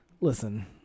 listen